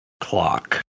clock